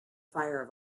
fire